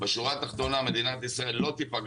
בשורה התחתונה מדינת ישראל לא תיפגע